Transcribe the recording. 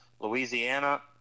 Louisiana